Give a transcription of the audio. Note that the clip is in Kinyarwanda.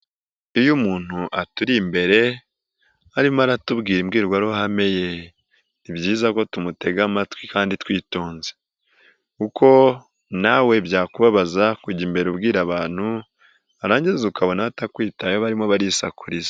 Iyo umuntu aturi imbere, arimo aratubwira imbwirwaruhame ye, ni byiza ko tumutega amatwi kandi twitonze kuko nawe byakubabaza kujya imbere ubwira abantu warangiza ukabona batakwitayeho barimo barisakuriza.